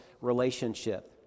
relationship